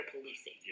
policing